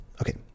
Okay